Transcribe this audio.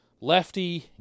lefty